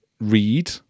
read